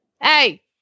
Hey